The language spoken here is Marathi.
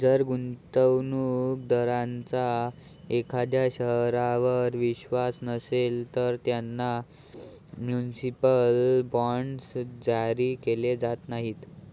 जर गुंतवणूक दारांचा एखाद्या शहरावर विश्वास नसेल, तर त्यांना म्युनिसिपल बॉण्ड्स जारी केले जात नाहीत